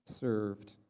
served